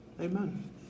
Amen